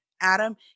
Adam